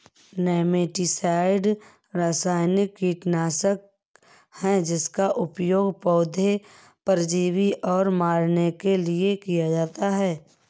nematicide रासायनिक कीटनाशक है जिसका उपयोग पौधे परजीवी को मारने के लिए किया जाता है